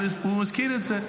הוא הזכיר את זה.